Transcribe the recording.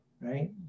right